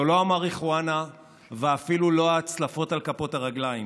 זו לא המריחואנה ואפילו לא ההצלפות על כפות הרגליים.